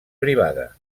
privada